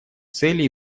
цели